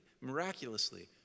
miraculously